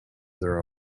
their